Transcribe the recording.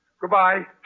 Goodbye